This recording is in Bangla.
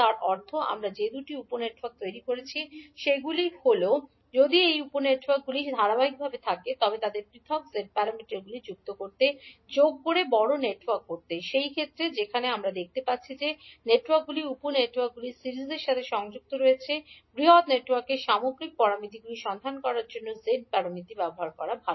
তার অর্থ আমরা যে দুটি উপ নেটওয়ার্ক তৈরি করেছি সেগুলি হল যদি এই উপ নেটওয়ার্কগুলি ধারাবাহিকভাবে থাকে তবে তাদের পৃথক z প্যারামিটারগুলি যুক্ত করতে যোগ করে বড় নেটওয়ার্ক করতে সেই ক্ষেত্রে যেখানে আমরা দেখতে পাচ্ছি যে নেটওয়ার্কগুলি উপ নেটওয়ার্কগুলি সিরিজের সাথে সংযুক্ত রয়েছে বৃহত্তর নেটওয়ার্কের সামগ্রিক প্যারামিটারগুলি সন্ধান করার জন্য z প্যারামিটারগুলি ব্যবহার করা ভাল